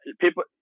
people